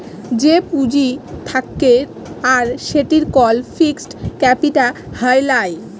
যে পুঁজি থাক্যে আর সেটির কল ফিক্সড ক্যাপিটা হ্যয় লায়